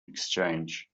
exchange